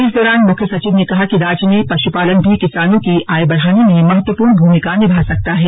इस दौरान मुख्य सचिव ने कहा कि राज्य में पशुपालन भी किसानों कि आय बढ़ाने में महत्वपूर्ण भूमिका निभा सकता है